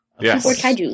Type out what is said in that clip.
Yes